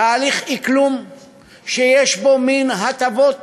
תהליך אקלום שיש בו מין הטבות